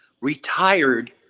retired